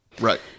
right